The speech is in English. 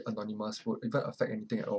anonymous would in fact affect anything at all